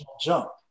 jump